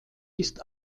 ist